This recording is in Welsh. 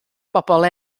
bobl